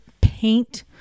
paint